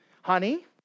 Honey